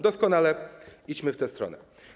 Doskonale, idźmy w tę stronę.